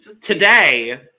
Today